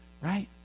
Right